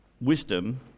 wisdom